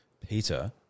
Peter